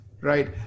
right